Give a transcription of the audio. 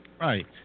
Right